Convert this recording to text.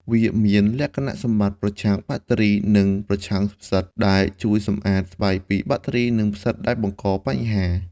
វាមានលក្ខណៈសម្បត្តិប្រឆាំងបាក់តេរី និងប្រឆាំងផ្សិត ដែលជួយសម្អាតស្បែកពីបាក់តេរី និងផ្សិតដែលបង្កបញ្ហា។